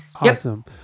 Awesome